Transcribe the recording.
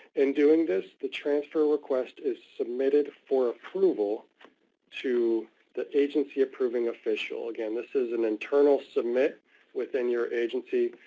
in doing this, the transfer request is submitted for approval to the agency approving official. again, this is an internal submit within your agency,